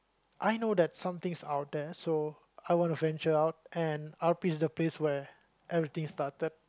I know that some things out there so I wanna venture out and R_P's the place where everything started